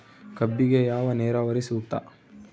ಕಬ್ಬಿಗೆ ಯಾವ ನೇರಾವರಿ ಸೂಕ್ತ?